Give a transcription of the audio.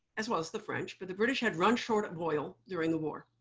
as well as the french, but the british had run short of oil during the war.